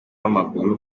amaguru